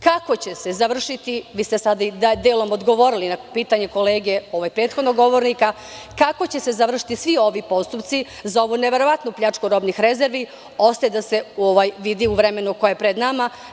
Kako će se završiti, vi ste sada i delom odgovorili na pitanje kolege, prethodnog govornika, kako će se završiti svi ovi postupci za ovu neverovatnu pljačku robnih rezervi, ostaje da se vidi u vremenu koje pred nama.